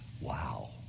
Wow